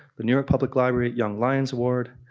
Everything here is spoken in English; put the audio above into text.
the new york public library young lions award,